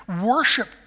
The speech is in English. worship